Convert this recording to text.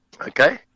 Okay